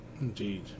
Indeed